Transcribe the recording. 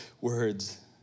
words